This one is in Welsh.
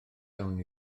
iawn